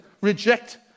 reject